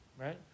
right